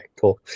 cool